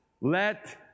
Let